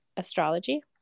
astrology